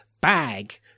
bag